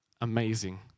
Amazing